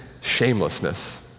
shamelessness